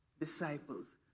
disciples